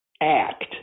act